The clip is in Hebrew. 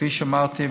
כפי שאמרתי,